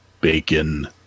bacon